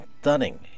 stunning